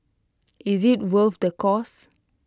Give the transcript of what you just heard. is IT worth the cost